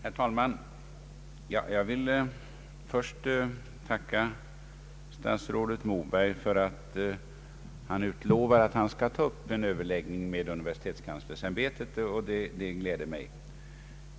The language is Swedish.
Herr talman! Jag vill först tacka statsrådet Moberg för att han lovat ta upp en överläggning med universitetskanslersämbetet. Det gläder mig.